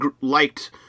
liked